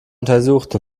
untersucht